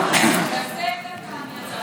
אדוני היושב-ראש,